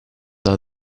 are